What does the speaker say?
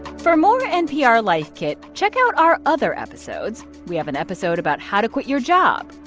for more npr life kit, check out our other episodes. we have an episode about how to quit your job,